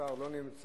השר לא נמצא,